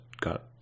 got